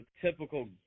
typical